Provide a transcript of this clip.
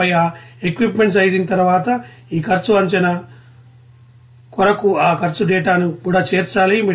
ఆపై ఆ equipment sizing తరువాత ఈ ఖర్చు అంచనా కొరకు ఆ ఖర్చు డేటాను కూడా చేర్చాలి